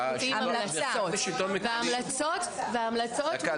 אנחנו מוציאים המלצה; וההמלצות נוסחו,